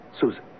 Susan